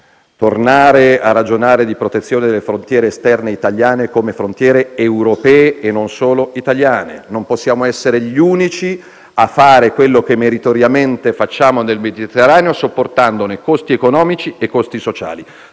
tornare a ragionare di protezione delle frontiere esterne italiane come frontiere europee e non solo italiane. Non possiamo essere gli unici a fare quello che meritoriamente facciamo nel Mediterraneo, sopportandone costi economici e costi sociali.